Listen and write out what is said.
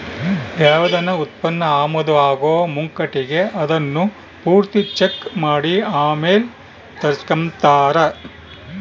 ಯಾವ್ದನ ಉತ್ಪನ್ನ ಆಮದು ಆಗೋ ಮುಂಕಟಿಗೆ ಅದುನ್ನ ಪೂರ್ತಿ ಚೆಕ್ ಮಾಡಿ ಆಮೇಲ್ ತರಿಸ್ಕೆಂಬ್ತಾರ